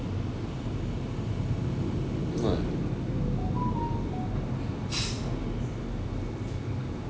what